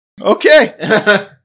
Okay